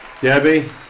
Debbie